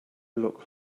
look